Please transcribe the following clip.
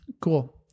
Cool